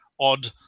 odd